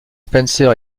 spencer